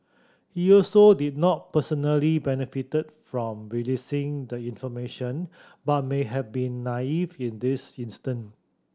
he also did not personally benefit from releasing the information but may have been naive in this instance